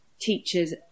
teachers